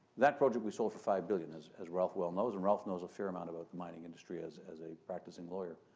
that project we sold for five billion, as as ralph well knows and ralph knows a fair amount about the mining industry as as a practicing lawyer.